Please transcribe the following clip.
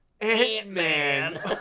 Ant-Man